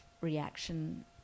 reaction